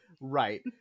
right